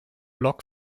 log